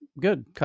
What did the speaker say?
good